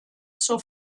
zur